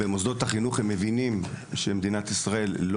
הם מבינים במוסדות החינוך שהמדינה לא